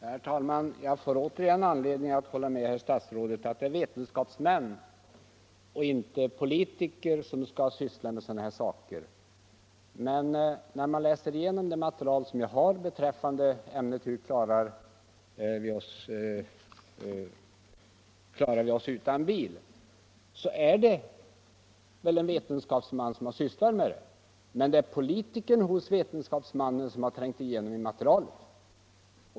Herr talman! Jag får återigen anledning att hålla med herr statsrådet: Torsdagen den det är vetenskapsmän och inte politiker som skall syssla med sådana 20 mars 1975 här saker. Det material jag har i ämnet Hur klarar vi oss utan bil? = har framställts av en vetenskapsman, men det är politikern i vetenskaps — Om pensionsförmåmannen som har trängt igenom i materialet.